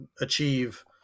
achieve